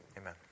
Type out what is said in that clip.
Amen